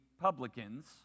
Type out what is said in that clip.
publicans